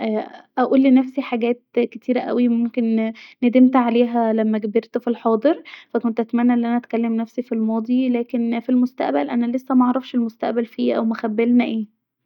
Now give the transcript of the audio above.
ااا اقول لنفسي حاجات كتيره اوي ممكن ندمت عليها لما كبرت في الحاضر ف كنت اتمني ان انا أتكلم نفسي في الماضي لاكن في المستقبل انا لسا معرفش المستقبل في ايه او مخبيلنا ايه